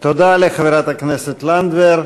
תודה לחברת הכנסת לנדבר.